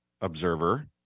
observer